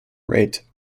rate